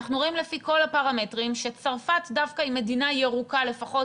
אנחנו רואים לפי כל הפרמטרים שצרפת היא דווקא מדינה ירוקה לפחות